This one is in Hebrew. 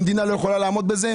המדינה לא יכולה לעמוד בזה.